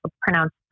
pronounced